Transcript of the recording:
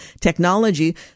technology